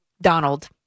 Donald